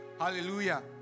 hallelujah